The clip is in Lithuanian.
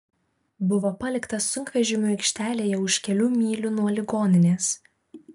buvo paliktas sunkvežimių aikštelėje už kelių mylių nuo ligoninės